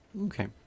Okay